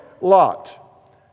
Lot